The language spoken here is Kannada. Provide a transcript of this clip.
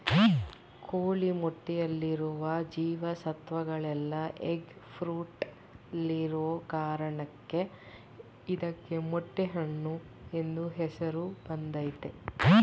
ಕೋಳಿ ಮೊಟ್ಟೆಯಲ್ಲಿರುವ ಜೀವ ಸತ್ವಗಳೆಲ್ಲ ಎಗ್ ಫ್ರೂಟಲ್ಲಿರೋ ಕಾರಣಕ್ಕೆ ಇದಕ್ಕೆ ಮೊಟ್ಟೆ ಹಣ್ಣು ಎಂಬ ಹೆಸರು ಬಂದಯ್ತೆ